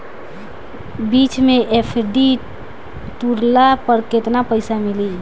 बीच मे एफ.डी तुड़ला पर केतना पईसा मिली?